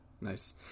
Nice